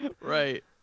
Right